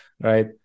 right